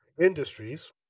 industries